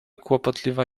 kłopotliwa